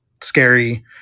scary